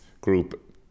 group